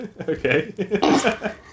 Okay